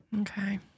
Okay